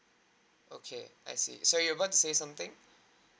okay I see so you got to say something